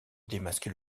démasquer